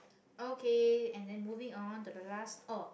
okay and then moving on to the last oh